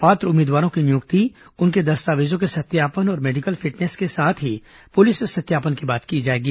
पात्र उम्मीदवारों की नियुक्ति उनके दस्तावेजों के सत्यापन और मेडीकल फिटनेस के साथ ही पुलिस सत्यापन के बाद की जाएगी